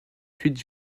suite